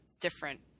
different